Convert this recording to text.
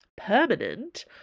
permanent